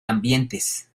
ambientes